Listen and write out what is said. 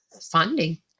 funding